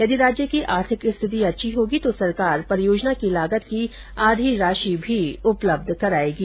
यदि राज्य की आर्थिक स्थिति अच्छी होगी तो सरकार परियोजना की लागत की आधी राषि भी उपलब्ध कराएगी